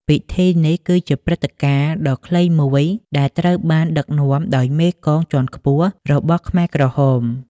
ពិធីនេះគឺជាព្រឹត្តិការណ៍ដ៏ខ្លីមួយដែលត្រូវបានដឹកនាំដោយមេកងជាន់ខ្ពស់របស់ខ្មែរក្រហម។